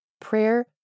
Prayer